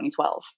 2012